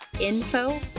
info